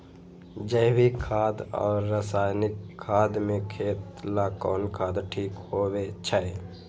जैविक खाद और रासायनिक खाद में खेत ला कौन खाद ठीक होवैछे?